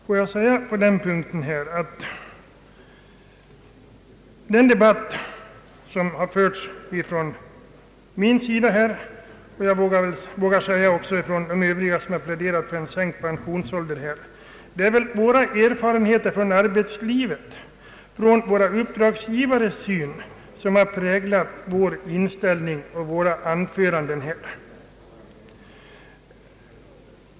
Låt mig på den punkten säga att den debatt som här har förts från min sida — och jag vågar påstå också av de övriga som pläderar för sänkt pensionsålder — bygger på våra erfarenheter från arbetslivet, det är våra uppdragsgivares syn som har präglat vår inställning och våra anföranden.